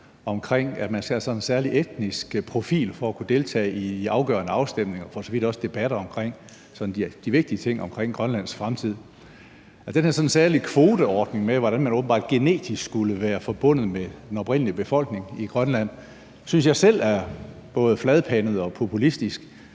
om, at man skal have sådan en særlig etnisk profil for at kunne deltage i afgørende afstemninger og for så vidt også debatter om de vigtige ting omkring Grønlands fremtid. Altså, den her sådan særlige kvoteordning, i forhold til hvordan man åbenbart genetisk skulle være forbundet med den oprindelige befolkning i Grønland, synes jeg selv er både fladpandet og populistisk.